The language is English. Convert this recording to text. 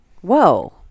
Whoa